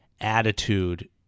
attitude